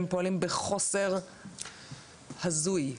הם פועלים בחוסר הזוי,